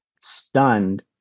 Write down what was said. stunned